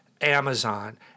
Amazon